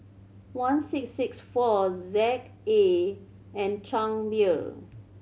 one six six four Z A and Chang Beer